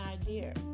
idea